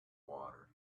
water